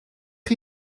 chi